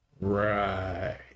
Right